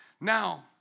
Now